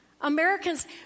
Americans